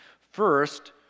First